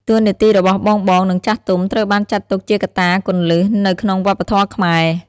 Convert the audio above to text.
តួនាទីរបស់បងៗ និងចាស់ទុំ ត្រូវបានចាត់ទុកជាកត្តាគន្លឹះ នៅក្នុងវប្បធម៌ខ្មែរ។